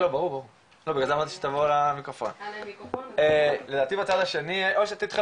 זה אומר שאחת מאתנו, או שתינו,